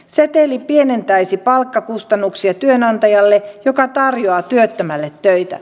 seteli pienentäisi palkkakustannuksia työnantajalle joka tarjoaa työttömälle töitä